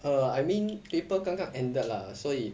err I mean paper 刚刚 ended lah 所以